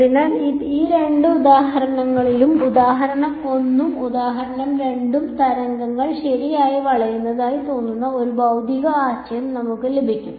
അതിനാൽ ഈ രണ്ട് ഉദാഹരണങ്ങളിലും ഉദാഹരണം 1 ഉം ഉദാഹരണം 2 ഉം തരംഗങ്ങൾ ശരിയായി വളയുന്നതായി തോന്നുന്ന ഒരു ഭൌതിക ആശയം നമുക്ക് ലഭിക്കും